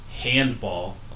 handball